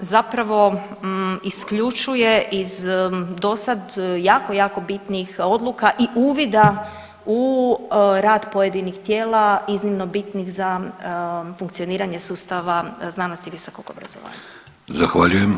zapravo isključuje iz dosad jako jako bitnih odluka i uvida u rad pojedinih tijela iznimno bitnih za funkcioniranje sustava znanosti i visokog obrazovanja.